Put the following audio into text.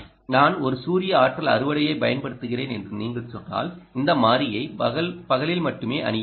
நான் ஒரு சூரிய ஆற்றல் அறுவடையை பயன்படுத்துகிறேன் என்று நீங்கள் சொன்னால்இந்த மாறியை பகலில் மட்டுமே அணிய வேண்டும்